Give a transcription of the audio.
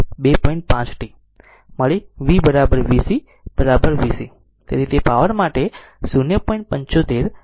5 t મળી v v c v v c